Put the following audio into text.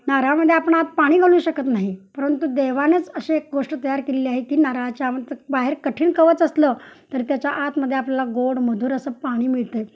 नारळामध्ये आपण आत पाणी घालू शकत नाही परंतु देवानेच अशी एक गोष्ट तयार केलेली आहे की नारळाच्या बाहेर कठीण कवच असलं तर त्याच्या आतमध्ये आपल्याला गोड मधुर असं पाणी मिळतं आहे